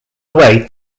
away